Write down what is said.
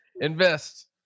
Invest